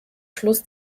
schluss